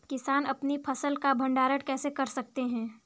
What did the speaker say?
किसान अपनी फसल का भंडारण कैसे कर सकते हैं?